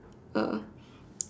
uh